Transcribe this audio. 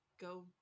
Go